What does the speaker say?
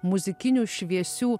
muzikinių šviesių